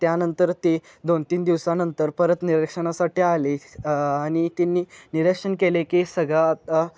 त्यानंतर ते दोन तीन दिवसानंतर परत निरीक्षणासाठी आले आणि त्यांनी निरक्षण केले की सगळं आता